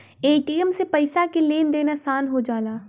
ATM से पइसा के लेन देन आसान हो जाला